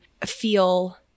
feel